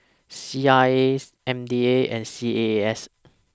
C R A M D A and C A A S